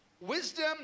Wisdom